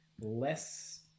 less